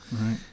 Right